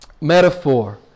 metaphor